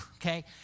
okay